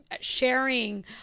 sharing